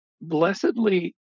blessedly